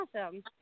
awesome